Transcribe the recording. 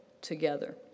together